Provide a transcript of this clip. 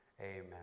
Amen